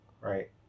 right